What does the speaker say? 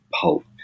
pulp